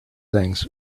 things